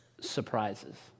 surprises